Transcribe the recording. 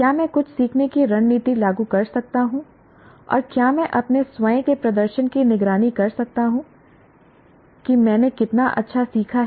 क्या मैं कुछ सीखने की रणनीति लागू कर सकता हूं और क्या मैं अपने स्वयं के प्रदर्शन की निगरानी कर सकता हूं कि मैंने कितना अच्छा सीखा है